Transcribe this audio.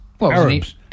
Arabs